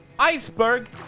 iceberg.